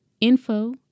info